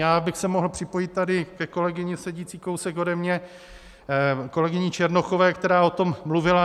Já bych se mohl připojit tady ke kolegyni sedící kousek ode mě, kolegyni Černochové, která o tom mluvila.